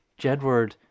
Jedward